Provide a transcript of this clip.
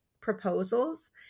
proposals